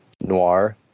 noir